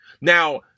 Now